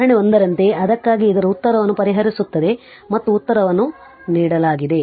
ಉದಾಹರಣೆ 1 ರಂತೆ ಅದಕ್ಕಾಗಿ ಅದರ ಉತ್ತರವನ್ನು ಪರಿಹರಿಸುತ್ತದೆ ಮತ್ತು ಉತ್ತರವನ್ನು ನೀಡಲಾಗಿದೆ